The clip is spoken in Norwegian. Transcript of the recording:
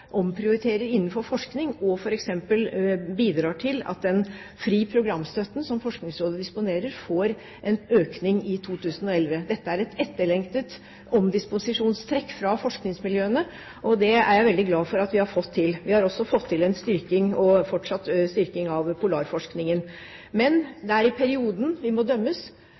innenfor forskning og f.eks. bidrar til at den frie programstøtten som Forskningsrådet disponerer, får en økning i 2011. Dette er et etterlengtet omdisposisjonstrekk fra forskningsmiljøene, og det er jeg veldig glad for at vi har fått til. Vi har også fått til en fortsatt styrking av polarforskningen. Men det er over perioden vi må dømmes,